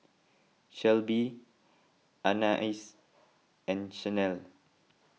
Shelby Anais and Chanelle